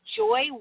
joy